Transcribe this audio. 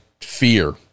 fear